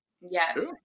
yes